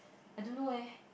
I don't know eh